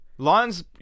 Lions